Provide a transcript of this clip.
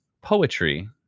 poetry